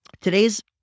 Today's